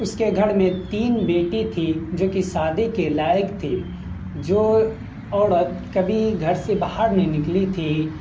اس کے گھر میں تین بیٹی تھی جو کہ شادی کے لائق تھی جو عورت کبھی گھر سے باہر نہیں نکلی تھی